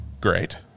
Great